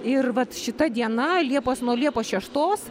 ir vat šita diena liepos nuo liepos šeštos